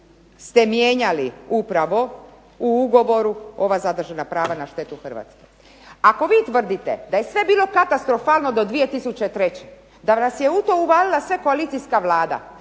ste mijenjali upravo u ugovoru ova zadržana prava na štetu Hrvatske. Ako vi tvrdite da je sve bilo katastrofalno do 2003. da nas je u to uvalila sve koalicijska vlada